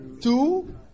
two